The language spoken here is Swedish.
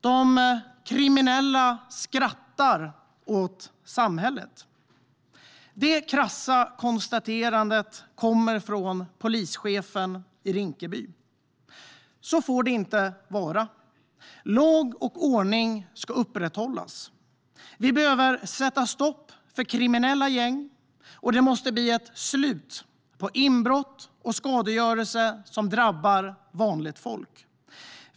"De kriminella skrattar åt samhället." Detta krassa konstaterande kommer från polischefen i Rinkeby. Så här får det inte vara. Lag och ordning ska upprätthållas. Vi behöver sätta stopp för kriminella gäng, och det måste bli ett slut på inbrott och skadegörelse som drabbar vanligt folk.